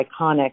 iconic